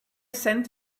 send